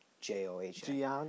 J-O-H-N